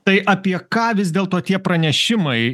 tai apie ką vis dėlto tie pranešimai